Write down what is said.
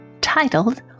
titled